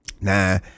nah